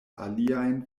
aliajn